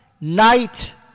night